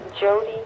Jody